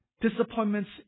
disappointments